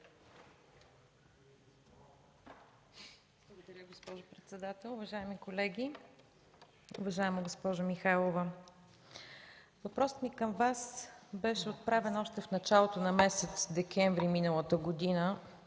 Благодаря, госпожо председател. Уважаеми колеги! Уважаема госпожо Михайлова, въпросът ми към Вас беше отправен още в началото на месец декември миналата година,